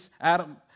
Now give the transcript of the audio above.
Adam